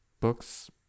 books